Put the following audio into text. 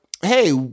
hey